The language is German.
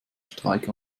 streik